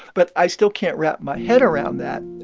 but i still can't wrap my head around that.